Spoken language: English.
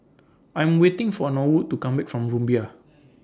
I'm waiting For Norwood to Come Back from Rumbia